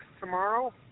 tomorrow